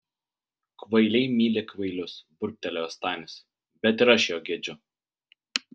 kvailiai myli kvailius burbtelėjo stanis bet ir aš jo gedžiu